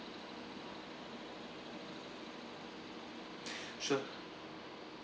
sure